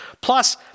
Plus